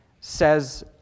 says